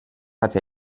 hatte